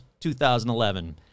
2011